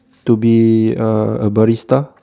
to be a barista